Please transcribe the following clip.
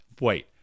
Wait